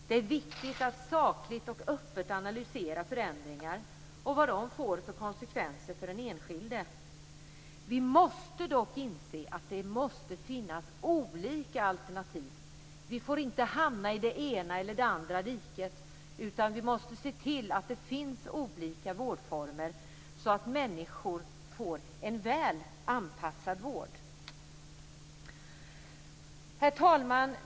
Det är viktigt att sakligt och öppet analysera förändringar och vad de får för konsekvenser för den enskilde. Vi måste dock inse att det måste finnas olika alternativ. Vi får inte hamna i det ena eller det andra diket. Vi måste se till att det finns olika vårdformer så att människor får en väl anpassad vård. Herr talman!